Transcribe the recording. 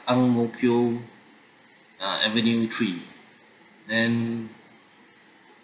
ang mo kio uh avenue three then